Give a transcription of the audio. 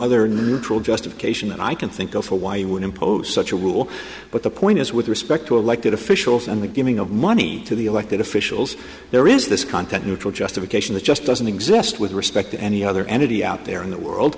other neutral justification i can think of for why you would impose such a rule but the point is with respect to elected officials and the giving of money to the elected officials there is this content neutral justification that just doesn't exist with respect to any other entity out there in the world